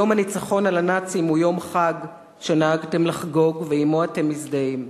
יום הניצחון על הנאצים הוא יום חג שנהגתם לחגוג ועמו אתם מזדהים.